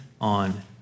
on